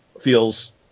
feels